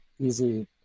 easy